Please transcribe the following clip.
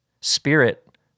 spirit